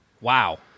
Wow